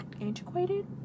antiquated